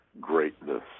greatness